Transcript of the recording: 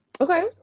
Okay